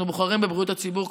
אנחנו בוחרים בבריאות הציבור,